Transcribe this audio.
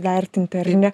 vertinti ar ne